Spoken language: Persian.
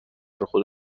خود